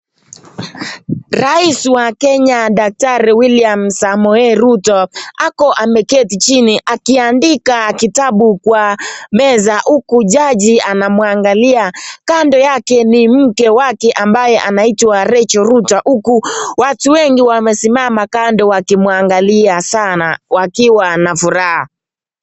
Rais wa Kenya daktari William Samoei Ruto ako ameketi chini akiandika kitabu kwa meza huku jaji anamwangalia, kando yake ni mke wake ambaye anaitwa Rachael Ruto huku watu wengi wamesimama kando wakimwangalia sana wakiwa na furaha.